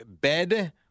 bed